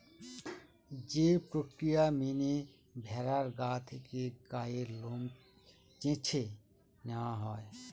যে প্রক্রিয়া মেনে ভেড়ার গা থেকে গায়ের লোম চেঁছে নেওয়া হয়